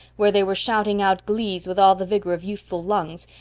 where they were shouting out glees with all the vigor of youthful lungs,